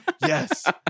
Yes